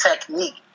technique